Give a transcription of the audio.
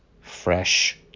Fresh